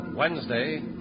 Wednesday